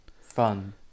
fun